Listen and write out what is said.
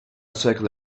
circle